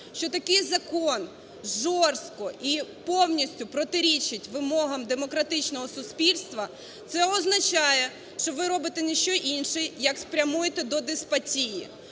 що такий закон жорстко і повністю протирічить вимогам демократичного суспільства, це означає, що ви робите ні що інше, як спрямуєте до деспотії.